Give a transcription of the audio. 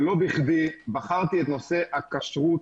ולא בכדי בחרתי את נושא הכשרות